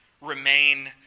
remain